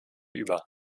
über